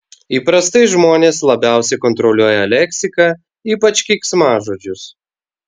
įprastai žmonės labiausiai kontroliuoja leksiką ypač keiksmažodžius